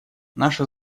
наша